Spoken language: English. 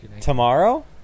tomorrow